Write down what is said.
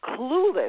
clueless